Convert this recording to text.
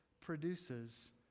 produces